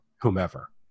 whomever